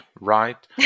right